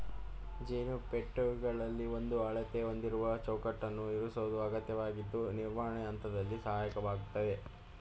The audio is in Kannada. ಜೇನು ಪೆಟ್ಟಿಗೆಗಳಲ್ಲಿ ಒಂದೇ ಅಳತೆ ಹೊಂದಿರುವ ಚೌಕಟ್ಟನ್ನು ಇರಿಸೋದು ಅಗತ್ಯವಾಗಿದ್ದು ನಿರ್ವಹಣೆ ಹಂತದಲ್ಲಿ ಸಹಾಯಕವಾಗಯ್ತೆ